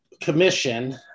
Commission